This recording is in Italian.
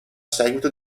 seguito